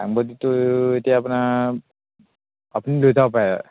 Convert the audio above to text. ডাংবডীটো এতিয়া আপোনাৰ আপুনি লৈ যাব পাৰে